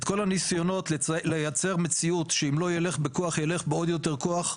את כל הניסיונות לייצר מציאות שאם לא יילך בכוח יילך בעוד יותר כוח,